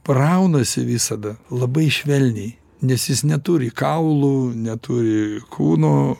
braunasi visada labai švelniai nes jis neturi kaulų neturi kūno